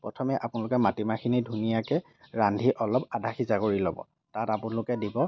প্ৰথমে আপোনালোকে মাটিমাহখিনি ধুনীয়াকৈ ৰান্ধি অলপ আধা সিজা কৰি ল'ব তাত আপোনালোকে দিব